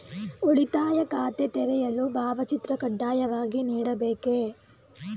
ಉಳಿತಾಯ ಖಾತೆ ತೆರೆಯಲು ಭಾವಚಿತ್ರ ಕಡ್ಡಾಯವಾಗಿ ನೀಡಬೇಕೇ?